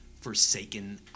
forsaken